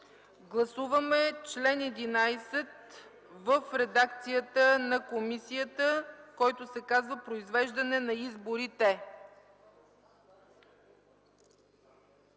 Гласуваме чл. 11 в редакцията на комисията, в който се казва: „Произвеждане на изборите”.